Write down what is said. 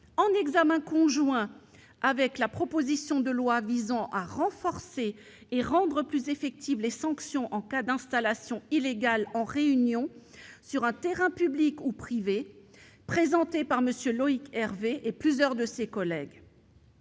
en examen conjoint avec la proposition de loi visant à renforcer et rendre plus effectives les sanctions en cas d'installations illégales en réunion sur un terrain public ou privé, présentée par M. Loïc Hervé et plusieurs de ses collègues.